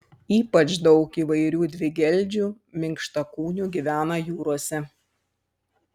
ypač daug įvairių dvigeldžių minkštakūnių gyvena jūrose